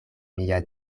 mia